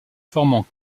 formant